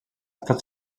estat